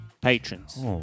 Patrons